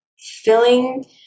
filling